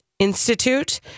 Institute